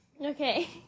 Okay